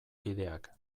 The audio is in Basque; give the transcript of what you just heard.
kideak